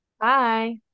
bye